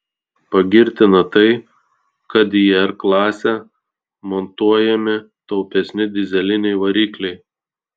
pagirtina tai kad į r klasę montuojami taupesni dyzeliniai varikliai